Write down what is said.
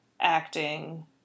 acting